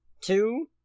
two